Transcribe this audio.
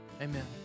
Amen